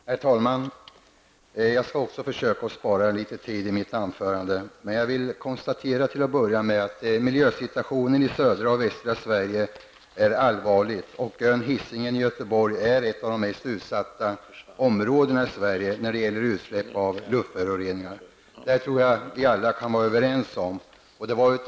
Herr talman! Jag skall också försöka spara tid. Miljösituationen i södra och västra Sverige är allvarlig, och ön Hissingen i Göteborg är ett av de mest utsatta områdena i Sverige när det gäller utsläpp av luftföroreningar. Det kan vi alla vara överens om.